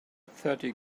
thirty